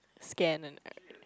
scan and